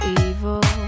evil